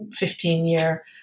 15-year